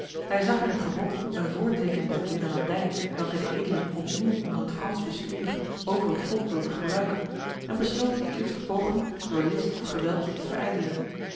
hij zag in het gebod een voorteken der dwingelandij welke de edelen opnieuw onder het frans bestuur over het volk wilden gebruiken en besloot die eerste poging door list of geweld te verijdelen